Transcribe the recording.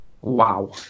Wow